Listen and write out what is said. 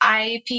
IP